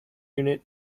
unit